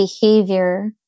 behavior